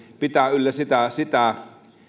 pitää yllä tässä asiassa sitä